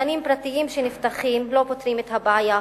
גנים פרטיים שנפתחים לא פותרים את הבעיה,